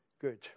good